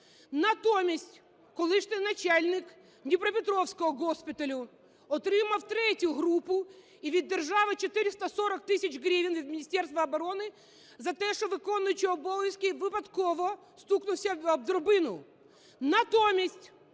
Натомість колишній начальник Дніпропетровського госпіталю отримав ІІІ групу і від держави 440 тисяч гривень, від Міністерства оборони, за те, що виконуючи обов'язки, випадково стукнувся об драбину. Натомість